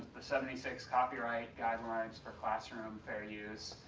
the seventy six copyright guidelines for classroom fair use,